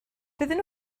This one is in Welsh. doedden